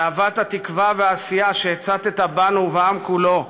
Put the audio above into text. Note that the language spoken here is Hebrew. להבת התקווה והעשייה שהצתָ בנו ובעם כולו,